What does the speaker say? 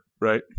Right